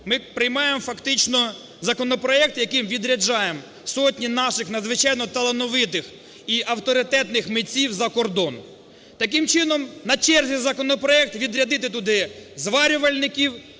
Ми приймаємо фактично законопроект, яким відряджаємо сотні наших надзвичайно талановитих і авторитетних митців за кордон. Таким чином на черзі законопроект відрядити туди зварювальників,